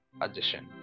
addition